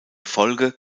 folge